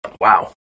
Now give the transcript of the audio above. Wow